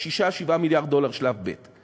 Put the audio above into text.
6 7 מיליארד דולר שלב ב'.